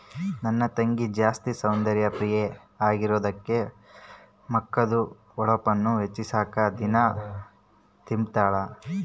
ನನ್ ತಂಗಿ ಜಾಸ್ತಿ ಸೌಂದರ್ಯ ಪ್ರಿಯೆ ಆಗಿರೋದ್ಕ ಮಕದ್ದು ಹೊಳಪುನ್ನ ಹೆಚ್ಚಿಸಾಕ ದಿನಾ ತಿಂಬುತಾಳ